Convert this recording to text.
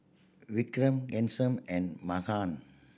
Vikram Ghanshyam and Mahan